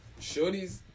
shorties